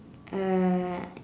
uh